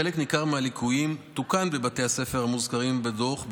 חלק ניכר מהליקויים תוקנו בבתי הספר המוזכרים בדוח,